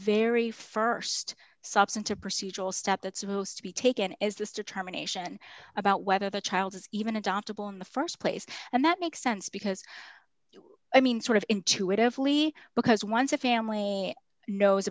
very st substantive procedural step that's supposed to be taken is this determination about whether the child is even adoptable in the st place and that makes sense because i mean sort of intuitively because once a family knows